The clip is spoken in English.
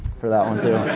for that one.